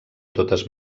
totes